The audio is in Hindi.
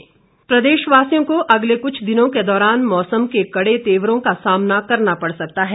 मौसम प्रदेश वासियों को अगले कुछ दिनों के दौरान मौसम के कड़े तेवरों का सामना करना पड़ सकता है